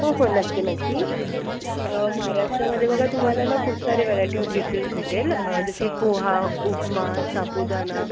हो नक्की नक्की महाराष्ट्रामध्ये बघा तुम्हाला ना खूप सारे व्हेरायटी ऑफ डिसेस भेटेल जसे पोहा उपमा साबुदाणा